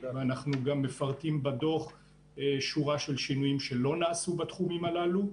ואנחנו גם מפרטים בדוח שורת שינויים שלא נעשו בתחומים הללו.